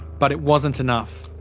but it wasn't enough.